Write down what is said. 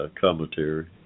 commentary